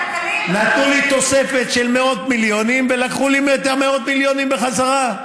נתנו לי תוספת של מאות מיליונים ולקחו לי את מאות המיליונים בחזרה.